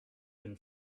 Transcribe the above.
been